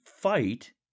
fight